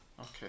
Okay